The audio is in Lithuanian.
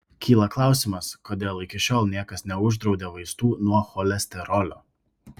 kyla klausimas kodėl iki šiol niekas neuždraudė vaistų nuo cholesterolio